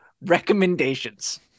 recommendations